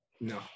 No